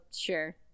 sure